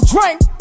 drink